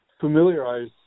familiarize